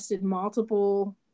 multiple